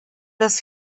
das